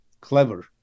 clever